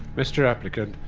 mr applicant,